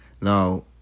Now